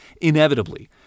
inevitably